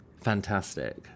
fantastic